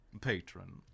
patron